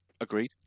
Agreed